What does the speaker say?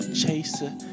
chaser